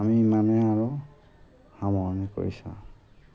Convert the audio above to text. আমি ইমানেই আৰু সামৰণি কৰিছোঁ